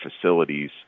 facilities